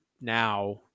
now